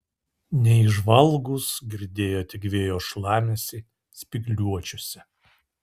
neįžvalgūs girdėjo tik vėjo šlamesį spygliuočiuose